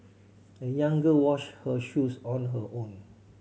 the young girl wash her shoes on her own